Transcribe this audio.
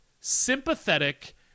sympathetic